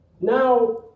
Now